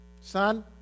Son